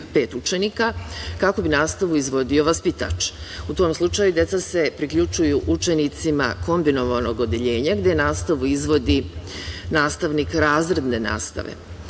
pet učenika kako bi nastavu izvodio vaspitač. U tom slučaju deca se priključuju učenicima kombinovanog odeljenja gde nastavu izvodi nastavnik razredne nastave. Ovo